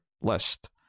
list